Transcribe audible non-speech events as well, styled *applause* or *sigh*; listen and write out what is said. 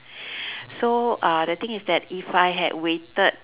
*breath* so uh the thing is that if I had waited